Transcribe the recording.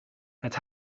het